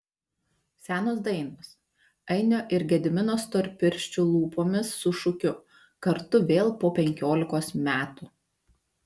senos dainos ainio ir gedimino storpirščių lūpomis su šūkiu kartu vėl po penkiolikos metų